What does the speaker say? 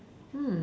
hmm